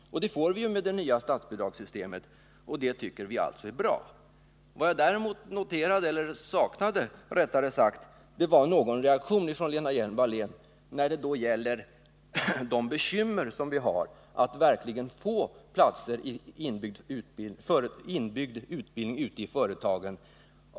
De möjligheterna får vi genom det nya statsbidragssystemet, och det tycker vi alltså är bra. Vad jag däremot saknade var en reaktion från Lena Hjelm-Wallén inför bekymren med att verkligen få till stånd platser för inbyggd utbildning ute i företagen.